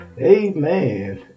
Amen